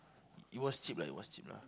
it was cheap lah it was cheap lah